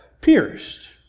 pierced